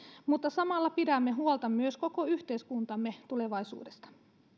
mutta samalla pidämme huolta myös koko yhteiskuntamme tulevaisuudesta